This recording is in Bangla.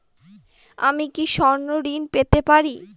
আমি কি স্বর্ণ ঋণ পেতে পারি?